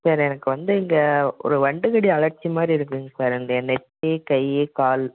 sir எனக்கு வந்து இங்கே ஒரு வண்டுகடி அலர்ஜி மாதிரி இருக்குங்க சார் இந்த நெற்றி கை கால்